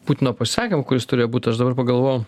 putino pasisakymą kuris turėjo būt aš dabar pagalvojau